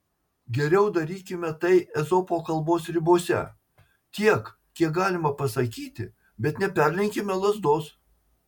geriau darykime tai ezopo kalbos ribose tiek kiek galima pasakyti bet neperlenkime lazdos